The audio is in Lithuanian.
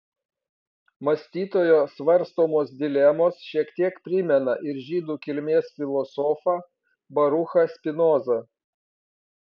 mąstytojo svarstomos dilemos šiek tiek primena ir žydų kilmės filosofą baruchą spinozą